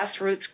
Grassroots